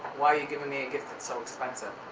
why are you giving me a gift that's so expensive?